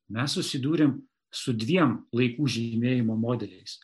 mes susidūrėm su dviem laikų žymėjimo modeliais